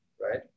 right